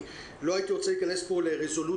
לא הייתי רוצה להיכנס פה יותר מדיי לרזולוציות,